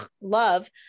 love